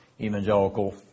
evangelical